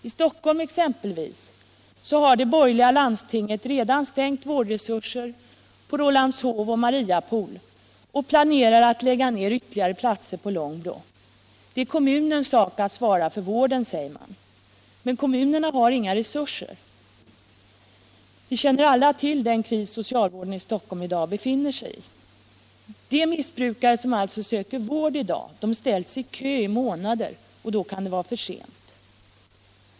I Stockholm exempelvis har det borgerliga landstinget redan stängt vårdplatser på Rålambshov och Mariapolikliniken och planerar att lägga ner ytterligare platser på Långbro. Det är kommunens sak att svara för vården, säger man. Men kommunerna har inga resurser. Vi känner alla till den kris socialvården i Stockholm i dag befinner sig i. De missbrukare som söker vård i dag ställs i kö i månader, och då kan det vara för sent.